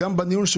בנוסף,